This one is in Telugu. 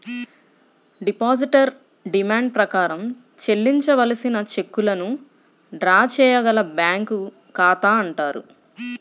డిపాజిటర్ డిమాండ్ ప్రకారం చెల్లించవలసిన చెక్కులను డ్రా చేయగల బ్యాంకు ఖాతా అంటారు